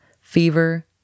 fever